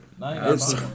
Nice